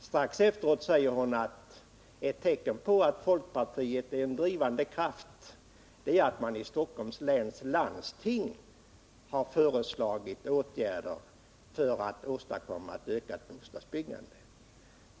Strax efteråt säger hon att ett tecken på att folkpartiet är en drivande kraft är att man i Stockholms läns landsting har föreslagit åtgärder för att åstadkomma ett ökat bostadsbyggande.